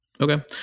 okay